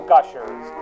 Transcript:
Gushers